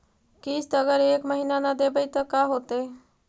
किस्त अगर एक महीना न देबै त का होतै?